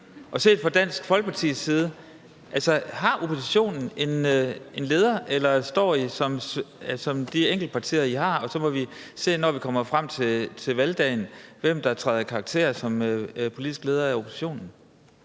set fra Dansk Folkepartis synspunkt en leder, eller står I som de enkeltpartier, I er, og så må vi se, når vi kommer frem til valgdagen, hvem der træder i karakter som politisk leder af oppositionen?